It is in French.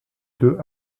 deux